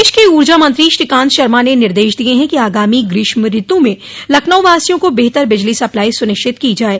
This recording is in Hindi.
प्रदेश के ऊर्जा मंत्री श्रीकांत शर्मा ने निर्देश दिये हैं कि आगामी ग्रीष्म ऋतु में लखनऊवासियों को बेहतर बिजली सप्लाई सुनिश्चित की जाये